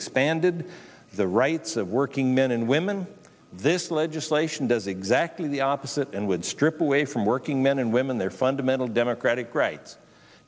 expanded the rights of working men and women this legislation does exactly the opposite and would strip away from working men and women their fundamental democratic rights